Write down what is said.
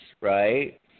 right